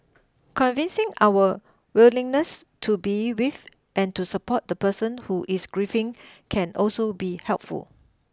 convincing our willingness to be with and to support the person who is grieving can also be helpful